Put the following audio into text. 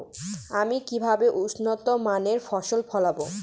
আমি কিভাবে উন্নত মানের ফসল ফলাবো?